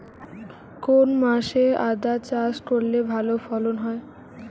কোন মাসে আদা চাষ করলে ভালো ফলন হয়?